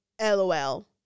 lol